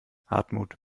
hartmut